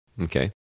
Okay